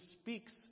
speaks